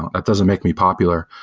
that doesn't make me popular.